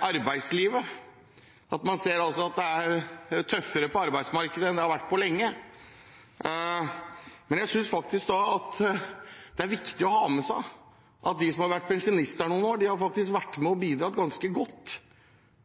arbeidslivet – at det er tøffere på arbeidsmarkedet enn det har vært på lenge. Men jeg synes det er viktig å ha med seg at de som har vært pensjonister noen år, faktisk har vært med og bidratt ganske godt,